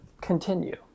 Continue